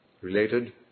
related